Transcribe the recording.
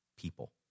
people